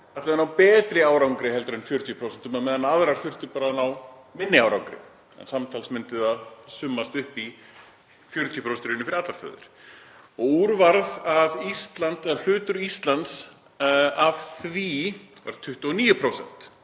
að ná betri árangri heldur en 40% á meðan aðrar þurftu að ná minni árangri, samtals myndi það summast upp í 40% fyrir allar þjóðir. Úr varð að hlutur Íslands af því var 29%.